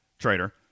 Trader